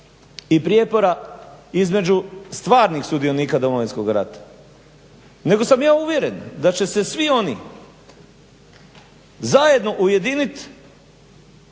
i prijepora između stvarnih sudionika Domovinskog rata nego sam ja uvjeren da će se svi oni zajedno ujedinit